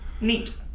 neat